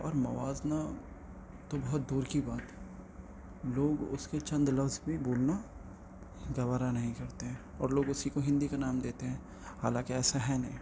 اور موازنہ تو بہت دور کی بات لوگ اس کے چند لفظ بھی بولنا گوارہ نہیں کرتے ہیں اور لوگ اسی کو ہندی کا نام دیتے ہیں حالانکہ ایسا ہے نہیں